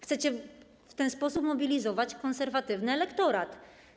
Chcecie w ten sposób mobilizować konserwatywny elektorat.